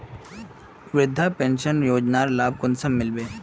वृद्धा पेंशन योजनार लाभ कुंसम मिलबे?